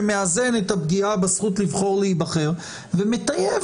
שמאזן את הפגיעה בזכות לבחור ולהיבחר ומטייב